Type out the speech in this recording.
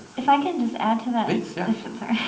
if i can just add to that